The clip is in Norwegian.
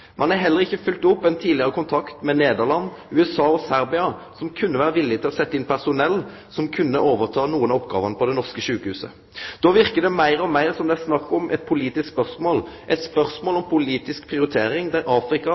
Ein har heller ikkje følgt opp ein tidlegare kontakt med Nederland, USA og Serbia, som kunne vere villige til å setje inn personell som kunne overta nokre av oppgåvene på det norske sjukehuset. Då verkar det meir og meir som det er snakk om eit politisk spørsmål, eit spørsmål om politisk prioritering der Afrika